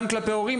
גם כלפי הורים,